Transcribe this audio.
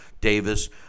Davis